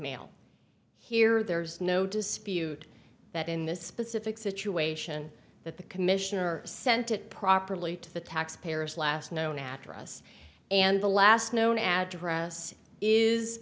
mail here there's no dispute that in this specific situation that the commissioner sent it properly to the taxpayers last known address and the last known address is